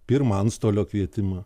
pirmą antstolio kvietimą